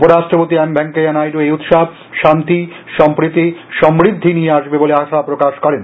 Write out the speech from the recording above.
উপরাষ্ট্রপতি এম ভেঙ্কাইয়া নাইডু এই উৎসব শান্তি সম্প্রীতি সমৃদ্ধি নিয়ে আসবে বলে আশা প্রকাশ করেন